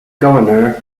governor